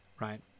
right